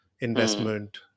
investment